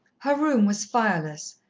her room was fireless,